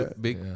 big